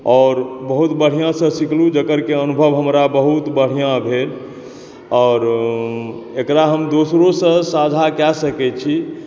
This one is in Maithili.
आओर बहुत बढ़िऑं सॅं सीखलहुॅं जेकर की अनुभव हमरा बहुत बढ़िऑं भेल आओर एक़रा हम दोसरो सॅं साँझा कए सकै छी